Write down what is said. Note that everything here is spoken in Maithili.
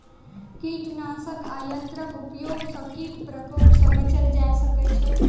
कीटनाशक आ यंत्रक उपयोग सॅ कीट प्रकोप सॅ बचल जा सकै छै